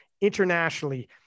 internationally